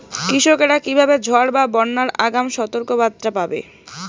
কৃষকেরা কীভাবে ঝড় বা বন্যার আগাম সতর্ক বার্তা পাবে?